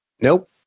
Nope